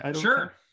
sure